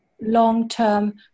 long-term